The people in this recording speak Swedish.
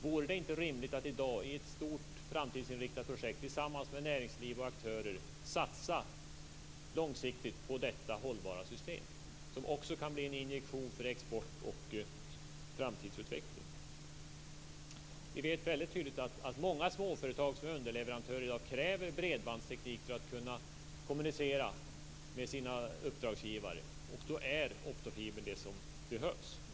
Vore det inte rimligt att i dag, i ett stort, framtidsinsriktat projekt tillsammans med näringsliv och aktörer, satsa långsiktigt på detta hållbara system, vilket också kan bli en injektion för export och framtidsutveckling? Vi vet mycket väl att många småföretag som i dag är underleverantörer kräver bredbandsteknik för att kunna kommunicera med sina uppdragsgivare. Då är optofibern det som behövs.